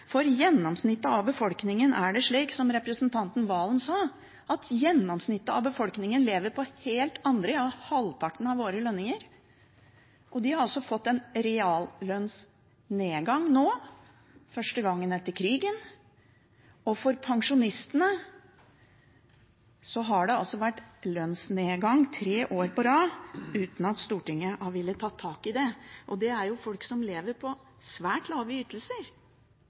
at gjennomsnittet av befolkningen lever på helt andre – ja halvparten av våre – lønninger. Og de har altså fått en reallønnsnedgang nå – første gangen etter krigen. Og for pensjonistene har det altså vært lønnsnedgang tre år på rad, uten at Stortinget har villet ta tak i det. Det er jo folk som lever på svært lave ytelser